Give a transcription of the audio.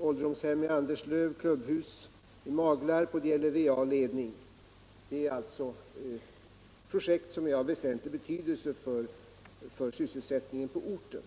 ålderdomshem i Anderslöv, klubbhus i Maglarp och va-ledning. Det är alltså projekt av väsentlig betydelse för sysselsättningen på orten.